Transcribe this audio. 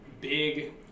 big –